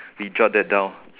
we jot that down